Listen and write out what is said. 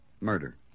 Murder